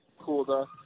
cool